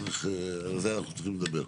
צריך לדבר.